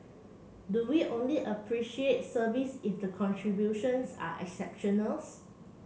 do we only appreciate service if the contributions are